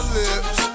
lips